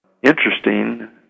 Interesting